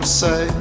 say